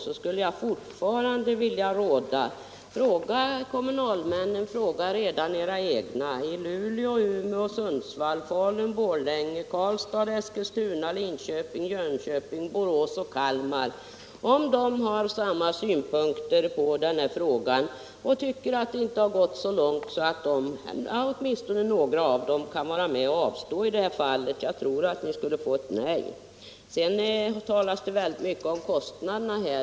Jag skulle fortfarande vilja ge rådet: Fråga era egna kommunalmän, fråga i Luleå, Umeå, Sundsvall, Falun, Borlänge, Karlstad, Eskilstuna, Linköping, Jönköping, Borås och Kalmar om de har samma synpunkter på den här frågan. Fråga om de tycker att planeringen inte gått så långt att åtminstone några av dem kan avstå från detta sysselsättningstillskott. Jag tror ni skulle få nej. Det talas väldigt mycket om kostnaderna.